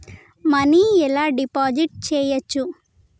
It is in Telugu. మనీ ఎలా డిపాజిట్ చేయచ్చు?